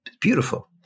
Beautiful